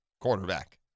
quarterback